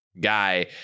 guy